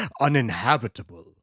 uninhabitable